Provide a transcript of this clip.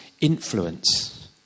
influence